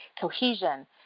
cohesion